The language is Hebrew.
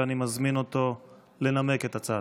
ואני מזמין אותו לנמק את הצעתו.